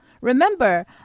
Remember